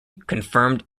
confirmed